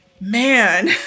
Man